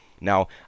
Now